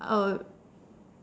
uh